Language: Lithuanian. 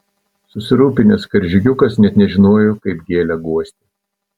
susirūpinęs karžygiukas net nežinojo kaip gėlę guosti